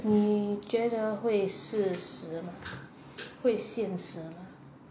你觉得会事实吗会现实吗